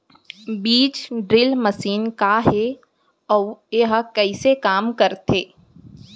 बीज drill machine का हे अऊ एहा कइसे काम करथे?